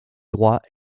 droit